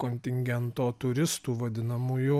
kontingento turistų vadinamųjų